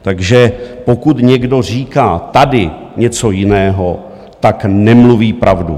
Takže pokud někdo říká tady něco jiného, nemluví pravdu.